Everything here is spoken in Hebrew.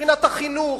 מבחינת החינוך,